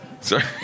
sorry